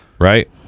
right